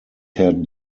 had